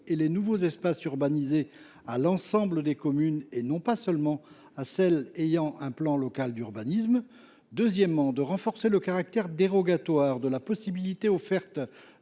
et les nouveaux espaces urbanisés à l’ensemble des communes et non pas seulement à celles qui ont un plan local d’urbanisme. Nous proposons également de renforcer le caractère dérogatoire de la possibilité offerte